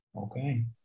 Okay